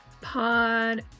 Pod